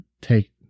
take